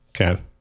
Okay